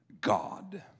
God